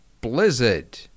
blizzard